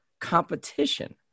competition